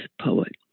poet